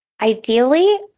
Ideally